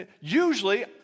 Usually